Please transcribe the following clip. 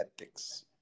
ethics